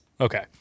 Okay